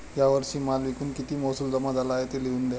या वर्षी माल विकून किती महसूल जमा झाला आहे, ते लिहून द्या